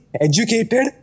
educated